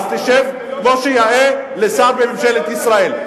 אז תשב כמו שיאה לשר בממשלת ישראל.